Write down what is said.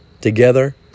together